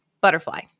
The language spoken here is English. butterfly